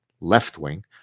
Left-wing